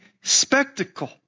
spectacle